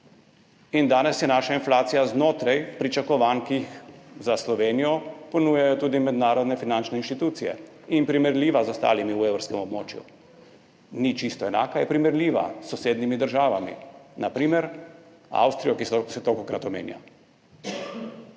In danes je naša inflacija znotraj pričakovanj, ki jih za Slovenijo ponujajo tudi mednarodne finančne inštitucije in je primerljiva z ostalimi v evrskem območju. Ni čisto enaka, je primerljiva s sosednjimi državami, na primer z Avstrijo, ki se tolikokrat omenja.